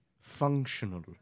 functional